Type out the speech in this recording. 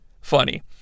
funny